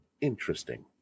Interesting